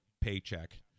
paycheck